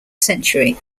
century